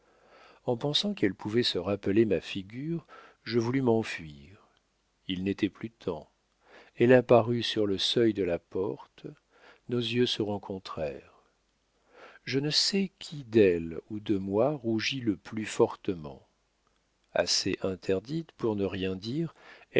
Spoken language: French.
en pensant qu'elle pouvait se rappeler ma figure je voulus m'enfuir il n'était plus temps elle apparut sur le seuil de la porte nos yeux se rencontrèrent je ne sais qui d'elle ou de moi rougit le plus fortement assez interdite pour ne rien dire